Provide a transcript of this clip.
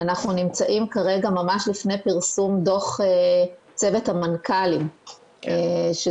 שאנחנו נמצאים כרגע ממש לפני פרסום דוח צוות המנכ"לים שזה